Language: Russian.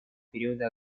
периоды